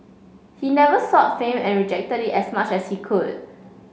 he never sought fame and rejected it as much as he could